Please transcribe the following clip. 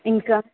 ఇంకా